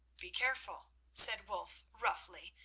be careful, said wulf roughly,